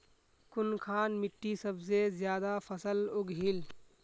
कुनखान मिट्टी सबसे ज्यादा फसल उगहिल?